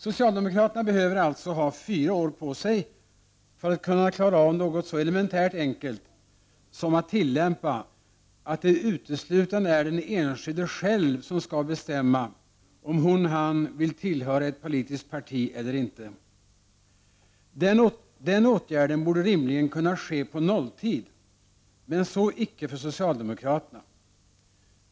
Socialdemokraterna behöver alltså ha fyra år på sig för att kunna klara av något så elementärt enkelt som att tillämpa, att det uteslutande är den enskilde själv som skall bestämma om hon/han vill tillhöra ett politiskt parti eller inte. Den åtgärden borde rimligen kunna ske på nolltid, men så icke för socialdemokraterna.